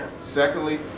Secondly